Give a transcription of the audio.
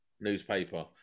newspaper